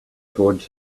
towards